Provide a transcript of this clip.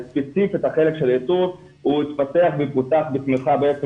ספציפית החלק של האיתור התפתח ומפותח בתמיכה בעצם